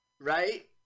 Right